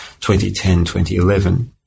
2010-2011